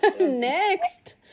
next